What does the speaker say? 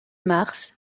mars